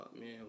man